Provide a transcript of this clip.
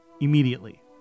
immediately